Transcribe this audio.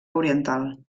oriental